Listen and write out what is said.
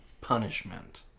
punishment